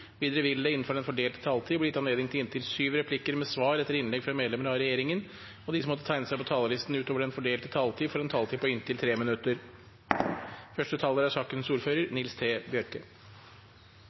Videre vil det – innenfor den fordelte taletid – bli gitt anledning til inntil syv replikker med svar etter innlegg fra medlemmer av regjeringen, og de som måtte tegne seg på talerlisten utover den fordelte taletid, får en taletid på inntil 3 minutter.